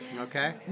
Okay